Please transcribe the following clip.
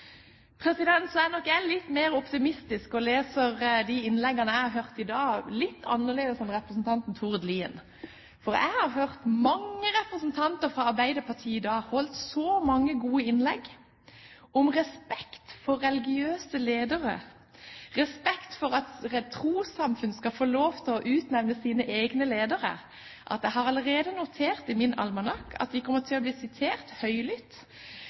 Så er nok jeg litt mer optimistisk og leser de innleggene jeg har hørt i dag, litt annerledes enn representanten Tord Lien. Jeg har hørt mange representanter fra Arbeiderpartiet i dag holde så mange gode innlegg om respekt for religiøse ledere, respekt for at trossamfunn skal få lov til å utnevne sine egne ledere, at jeg allerede har notert dem i min almanakk – og de kommer til å bli sitert høylytt